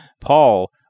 Paul